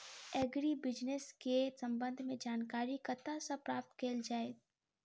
Agri business केँ संबंध मे जानकारी कतह सऽ प्राप्त कैल जाए?